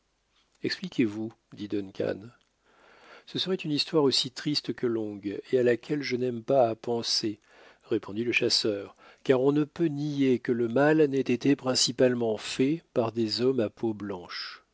expliquez-vous dit duncan ce serait une histoire aussi triste que longue et à laquelle je n'aime pas à penser répondit le chasseur car on ne peut nier que le mal n'ait été principalement fait par des hommes à peau blanche